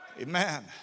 Amen